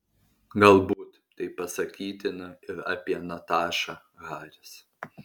galbūt tai pasakytina ir apie natašą haris